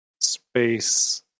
space